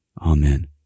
Amen